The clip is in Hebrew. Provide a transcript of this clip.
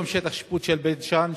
היום שטח השיפוט של בית-ג'ן,